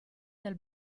del